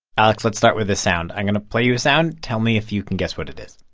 alex, let's start with a sound. i'm going to play you a sound. tell me if you can guess what it is